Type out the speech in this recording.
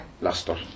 Luster